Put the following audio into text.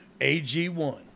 AG1